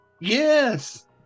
Yes